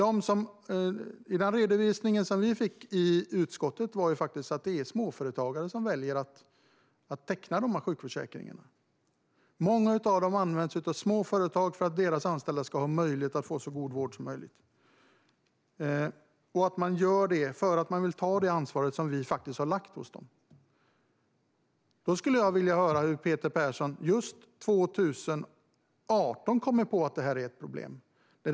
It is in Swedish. Enligt den redovisning som vi fick i utskottet är det småföretagare som väljer att teckna denna sjukförsäkring. Många försäkringar tecknas av små företag för att deras anställda ska kunna få så god vård som möjligt. Det gör man för att man vill ta det ansvar som vi har lagt på dem. Då vill jag höra om hur Peter Persson just 2018 kommer på att detta är ett problem.